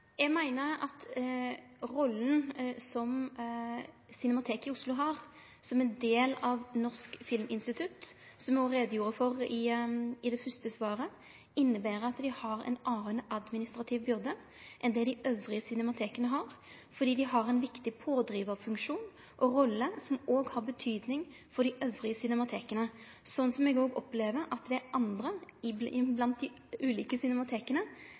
Eg meiner at rolla som Cinemateket i Oslo har som ein del av Norsk filminstitutt, som eg òg gjorde greie for i det fyrste svaret, inneber at dei har ei anna administrativ byrde enn det dei andre cinemateka har, fordi dei har ein viktig pådrivarfunksjon og ei rolle som òg har betydning for dei andre cinemateka, som eg opplever at dei andre blant dei ulike cinemateka er einige i, og som dei